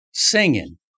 Singing